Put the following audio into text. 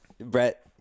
Brett